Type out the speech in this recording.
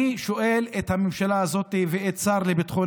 אני שואל את הממשלה הזאת ואת השר לביטחון